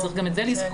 צריך גם את זה לזכור.